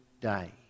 day